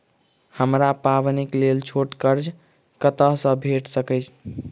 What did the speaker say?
हमरा पाबैनक लेल छोट कर्ज कतऽ सँ भेटि सकैये?